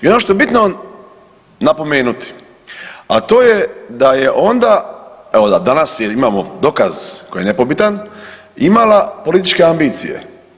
I ono što je bitno napomenuti, a to je da je onda, evo da danas, jer imamo dokaz koji je nepobitan imala politička ambicija.